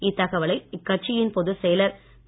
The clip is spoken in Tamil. இத்தகவைலை இக்கட்சியின் பொதுச் செயலர் திரு